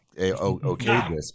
okay